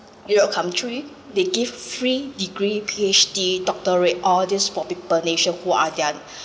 europe country they give free degree P_H_D doctorate all these for people nation who are their